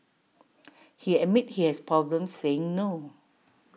he admits he has problems saying no